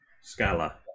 Scala